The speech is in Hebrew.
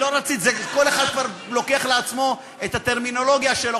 כל אחד לוקח לעצמו את הטרמינולוגיה שלו,